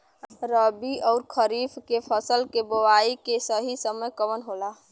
रबी अउर खरीफ के फसल के बोआई के सही समय कवन होला?